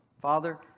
Father